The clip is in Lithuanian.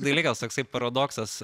dalykas toksai paradoksas